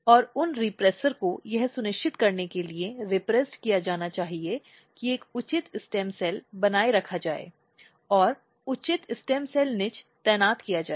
और उन रीप्रिशर को यह सुनिश्चित करने के लिए रिप्रेस्ड किया जाना चाहिए कि एक उचित स्टेम सेल बनाए रखा जाए और उचित स्टेम सेल निच तैनात किया जाए